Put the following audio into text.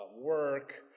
work